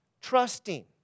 trusting